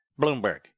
Bloomberg